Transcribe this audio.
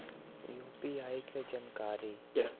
UPI के जानकारी?